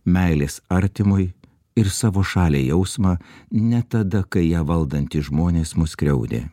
meilės artimui ir savo šaliai jausmą ne tada kai ją valdantys žmonės mus skriaudė